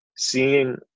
seeing